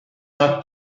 not